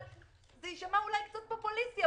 זה יישמע אולי קצת פופוליסטי,